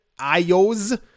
IOS